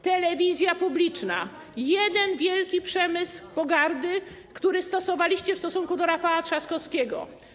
Telewizja publiczna, jeden wielki przemysł pogardy, który stosowaliście w stosunku do Rafała Trzaskowskiego.